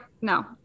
no